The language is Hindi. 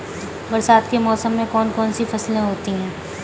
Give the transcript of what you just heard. बरसात के मौसम में कौन कौन सी फसलें होती हैं?